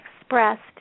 expressed